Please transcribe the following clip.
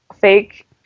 Fake